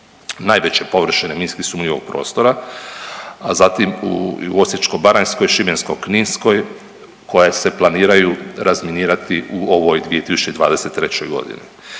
najveće površine minski sumnjivog prostora, a zatim u Osječko-baranjskoj, Šibensko-kninskoj koje se planiraju razminirati u ovoj 2023. godini.